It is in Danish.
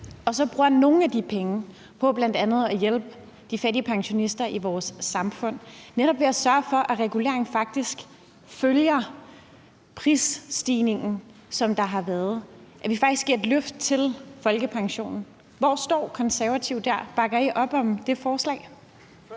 og så bruger nogle af de penge på bl.a. at hjælpe de fattige pensionister i vores samfund, netop ved at sørge for, at reguleringen faktisk følger prisstigningen, som der har været, så vi faktisk giver et løft til folkepensionen. Hvor står Konservative der? Bakker I op om det forslag?